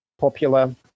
popular